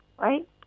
Right